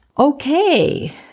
Okay